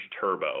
turbo